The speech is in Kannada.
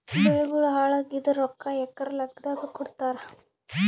ಬೆಳಿಗೋಳ ಹಾಳಾಗಿದ ರೊಕ್ಕಾ ಎಕರ ಲೆಕ್ಕಾದಾಗ ಕೊಡುತ್ತಾರ?